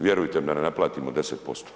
Vjerujte mi da ne naplatimo 10%